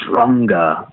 stronger